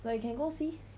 but you can go see